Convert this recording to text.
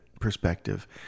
perspective